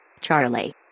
Charlie